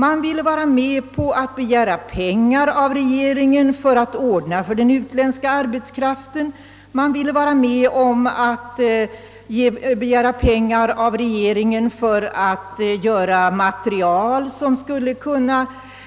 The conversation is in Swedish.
De ville vara med och begära pengar av regeringen för att ordna för den utländska arbetskraften, de ville vara med om att begära pengar för att göra anordningar som skulle kunna